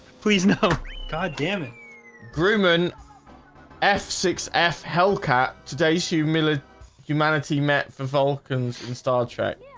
please no goddammit groomin f six f hellcat, today's hugh miller humanity met for vulcans and star trek